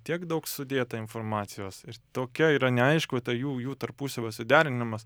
tiek daug sudėta informacijos ir tokia yra neaišku ta jų jų tarpusavio suderinimas